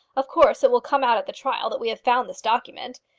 of course it will come out at the trial that we have found this document.